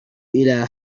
إلى